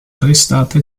arrestata